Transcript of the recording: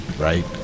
Right